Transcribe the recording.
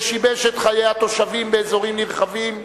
ששיבש את חיי התושבים באזורים נרחבים,